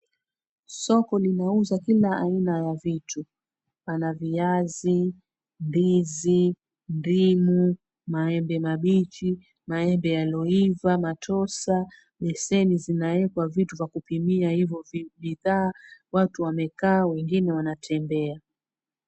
Soko linauza kila aina ya vitu. Pana viazi, ndizi, ndimu, maembe mabichi, maembe yaliyoiva, matosa, beseni zinaekwa vitu vya kupimia hivo bidhaa, watu wamekaa wengine wanatembea.